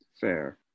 Fair